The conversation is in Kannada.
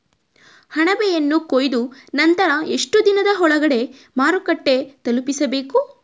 ಅಣಬೆಯನ್ನು ಕೊಯ್ದ ನಂತರ ಎಷ್ಟುದಿನದ ಒಳಗಡೆ ಮಾರುಕಟ್ಟೆ ತಲುಪಿಸಬೇಕು?